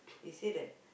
they say that